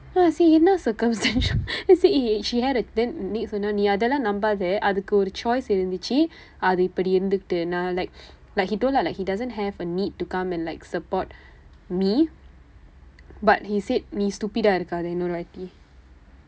then I say என்ன:enna circumstantial he say eh eh she had a then nick சொன்னான் நீ அதை எல்லாம் நம்பாதே அதுக்கு ஒரு:sonnaan nii athai ellaam nampaathee athukku oru choice இருந்தது அது இப்படி இருந்துகிட்டு நான்:irundthathu athu ippadi irundthukitdu naan like like he told lah like he doesn't have a need to come and like support me but he said நீ:nii stupid ah இருக்காதா இன்னொரு வாட்டி:irukkaathaa innoru vaatdi